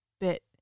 bit